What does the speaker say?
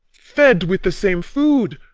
fed with the same food,